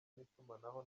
n’itumanaho